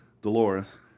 Dolores